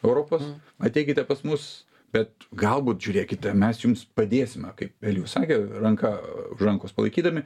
europos ateikite pas mus bet galbūt žiūrėkite mes jums padėsime kaip elijus sakė ranka už rankos palaikydami